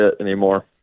anymore